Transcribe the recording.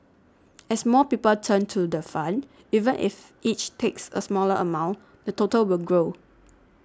as more people turn to the fund even if each takes a smaller amount the total will grow